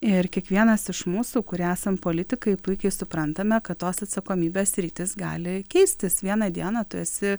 ir kiekvienas iš mūsų kurie esam politikai puikiai suprantame kad tos atsakomybės sritys gali keistis vieną dieną tu esi